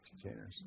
containers